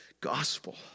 gospel